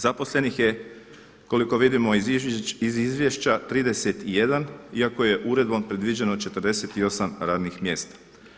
Zaposlenih je koliko vidimo iz izvješća 31 iako je uredbom predviđeno 48 radnih mjesta.